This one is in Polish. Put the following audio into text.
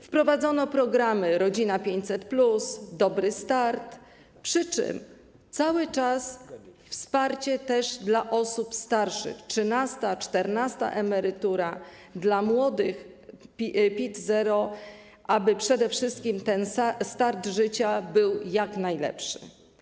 Wprowadzono programy „Rodzina 500+”, „Dobry start”, przy czym cały czas jest też wsparcie dla osób starszych: trzynasta, czternasta emerytura, dla młodych PIT/0, aby przede wszystkim start życia był jak najlepszy.